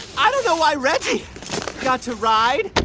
i don't know why reggie got to ride.